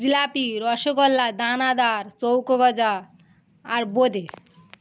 জিলাপি রসগোল্লা দানাদার চৌকো গজা আর বোঁদে